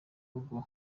rugo